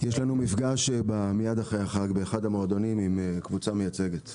יש לנו מפגש מיד אחרי החג באחד המועדונים עם קבוצה מייצגת.